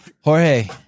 Jorge